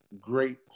great